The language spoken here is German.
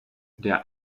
der